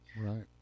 Right